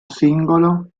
singolo